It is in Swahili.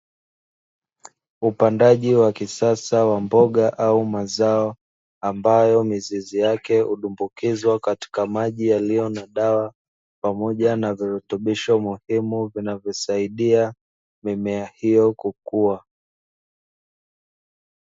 Upandaji wa kisasa wa mboga au mazao ambayo mizizi yake hudumbukizwa katika maji yaliyo na dawa pamoja na virutubisho muhimu vinavyosaidia mimea hiyo kukua.